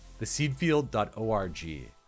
theseedfield.org